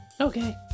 Okay